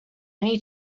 need